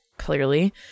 clearly